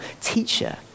teacher